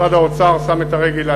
משרד האוצר שם את הרגל,